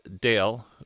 Dale